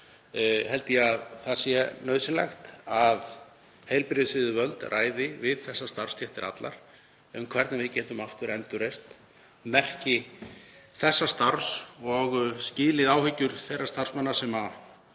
held ég að það sé nauðsynlegt að heilbrigðisyfirvöld ræði við þessar starfsstéttir allar um hvernig við getum aftur endurreist merki þessa starfs og skilið áhyggjur þeirra starfsmanna sem þar